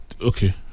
okay